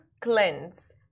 cleanse